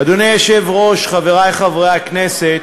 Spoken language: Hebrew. אדוני היושב-ראש, חברי חברי הכנסת,